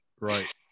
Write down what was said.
right